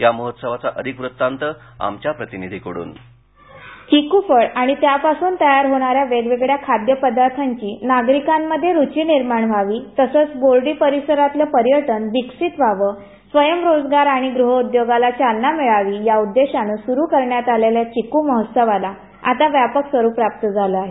या महोत्सवाचा अधिक वृत्तांत आमच्या प्रतिनिधीकडून स्क्रिप्ट चिकू फळ आणि त्यापासून तयार होणाऱ्या वेगवेगळ्या खाद्यपदार्थांची नागरिकांमध्ये रुची निर्माण व्हावी तसचं बोर्डी परिसरातलं पर्यटन विकसित व्हावं स्वयंरोजगार आणि गृहाउद्योगाला चालना मिळावी या उद्देशानं सुरू करण्यात आलेल्या चिकू महोत्सवाला आता व्यापक स्वरूप प्राप्त झालं आहे